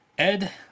Ed